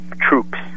troops